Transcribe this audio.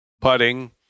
putting